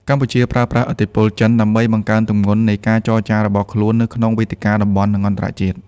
កម្ពុជាប្រើប្រាស់ឥទ្ធិពលចិនដើម្បីបង្កើនទម្ងន់នៃការចរចារបស់ខ្លួននៅក្នុងវេទិកាតំបន់ និងអន្តរជាតិ។